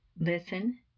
Listen